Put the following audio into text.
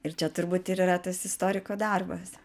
ir čia turbūt ir yra tas istoriko darbas